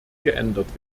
geändert